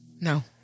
No